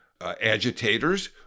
agitators